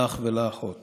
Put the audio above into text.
לאח ולאחות